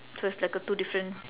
so it's like a two different